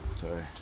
Sorry